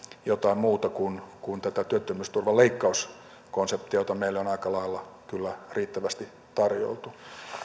jotain muuta kuin tätä työttömyysturvan leikkauskonseptia jota meille on aika lailla kyllä riittävästi tarjoiltu